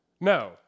No